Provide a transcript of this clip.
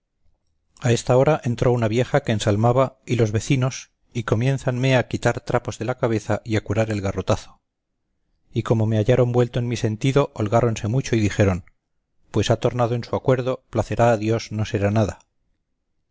a esta hora entró una vieja que ensalmaba y los vecinos y comiénzanme a quitar trapos de la cabeza y curar el garrotazo y como me hallaron vuelto en mi sentido holgáronse mucho y dijeron pues ha tornado en su acuerdo placerá a dios no será nada